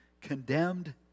condemned